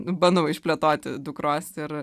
bando išplėtoti dukros ir